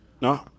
No